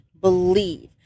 believe